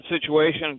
situation